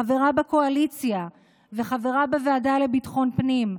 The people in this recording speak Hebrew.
חברה בקואליציה וחברה בוועדת ביטחון הפנים,